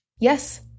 Yes